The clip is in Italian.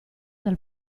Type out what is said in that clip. dal